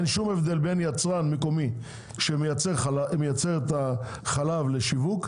אין שום הבדל בין יצרן מקומי שמייצר את החלב לשיווק,